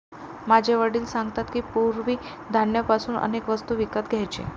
माझे वडील सांगतात की, पूर्वी धान्य पासून अनेक वस्तू विकत घ्यायचे